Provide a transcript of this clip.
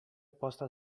opposta